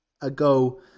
ago